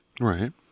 right